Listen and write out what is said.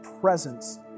presence